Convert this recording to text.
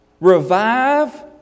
revive